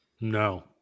No